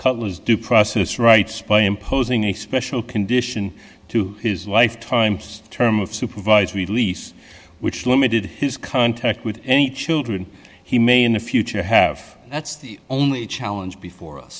cutler's due process rights by imposing a special condition to his life times term of supervised release which limited his contact with any children he may in the future have that's the only challenge before us